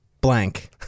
Blank